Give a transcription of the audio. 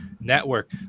Network